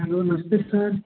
hello नमस्ते sir